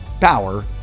power